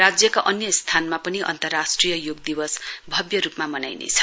राज्यका अन्य स्थानमा पनि अन्तर्राष्ट्रिय योग दिवस भब्य रूपमा मनाइनेछ